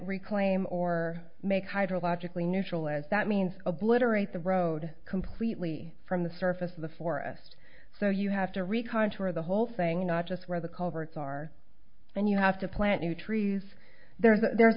reclaim or make hydrological a neutral as that means obliterate the road completely from the surface of the forest so you have to re contour the whole thing not just where the culverts are and you have to plant new trees there so there's